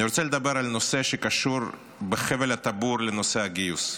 אני רוצה לדבר על נושא שקשור בחבל הטבור לנושא הגיוס,